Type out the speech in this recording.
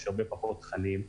יש הרבה פחות תכנים.